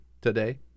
today